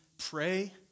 pray